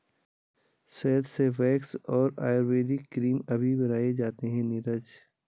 शहद से वैक्स और आयुर्वेदिक क्रीम अभी बनाए जाते हैं नीरज